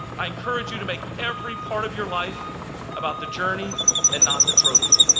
i encourage you to make every part of your life about the journey and not the trophy.